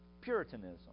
Puritanism